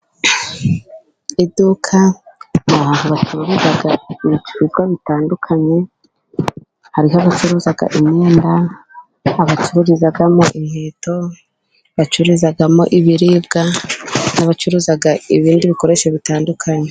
Iduka ni ahantu bacururizamo ibicuruzwa bitandukanye. Hariho abacuruzamo imyenda, abacururizamo inkweto, abacururizamo ibiribwa, n'abacururizamo ibindi bikoresho bitandukanye.